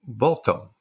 welcome